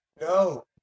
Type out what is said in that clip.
No